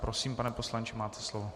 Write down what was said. Prosím, pane poslanče, máte slovo.